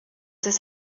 his